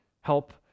help